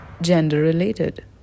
gender-related